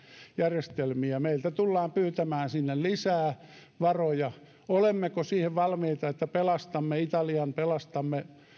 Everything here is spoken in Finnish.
järjestelmiä meiltä tullaan pyytämään sinne lisää varoja olemmeko siihen valmiita että pelastamme italian ja